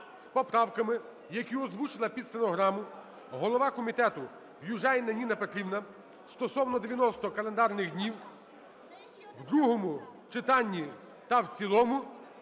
з поправками, які озвучила під стенограму голова комітету Южаніна Ніна Петрівна стосовно 90 календарних днів, в другому читанні та в цілому